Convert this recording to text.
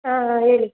ಹಾಂ ಹಾಂ ಹೇಳಿ